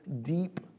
deep